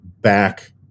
back